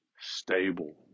stable